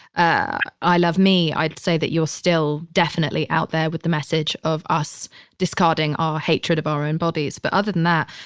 ah i love me, i'd say that you're still definitely out there with the message of us discarding our hatred of our own bodies. but other than that,